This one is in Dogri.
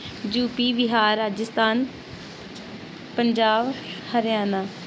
U P Bihar Rajasthan Punjab Haryana